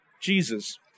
Jesus